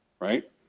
right